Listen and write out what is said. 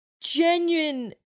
genuine